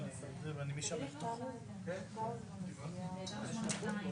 בעולם שאני נמצא, הייתי לאחרונה במשרד התחבורה,